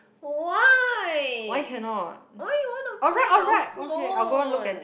why why you wanna play your phone